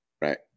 right